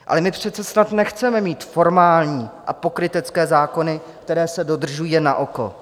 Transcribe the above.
Ale my přece snad nechceme mít formální a pokrytecké zákony, které se dodržují jen naoko.